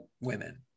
women